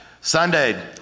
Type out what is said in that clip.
Sunday